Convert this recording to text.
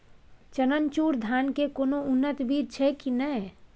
चननचूर धान के कोनो उन्नत बीज छै कि नय?